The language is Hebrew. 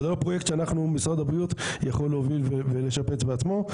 אבל זה לא פרויקט שאנחנו משרד הבריאות יכול להוביל ולשפץ בעצמו.